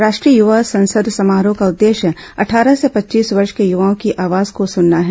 राष्ट्रीय युवा संसद समारोह का उद्देश्य अटठारह से पच्चीस वर्ष के युवाओं की आवाज को सुनना है